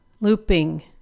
looping